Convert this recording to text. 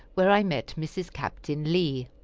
where i met mrs. captain lee.